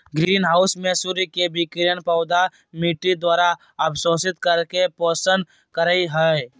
green house में सूर्य के विकिरण पौधा मिट्टी द्वारा अवशोषित करके पोषण करई हई